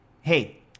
Hey